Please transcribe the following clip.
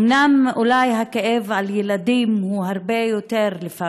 ואומנם אולי הכאב על ילדים הוא הרבה יותר, לפעמים,